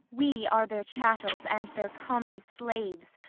we are their chattels, and their common slaves,